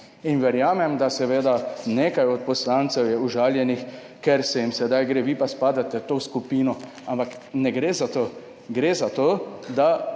In verjamem, da je nekaj poslancev užaljenih, ker se jim sedaj gre, vi pa spadate v to skupino. Ampak ne gre za to. Gre za to, da